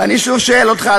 ואני שוב שואל אותך,